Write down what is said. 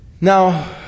Now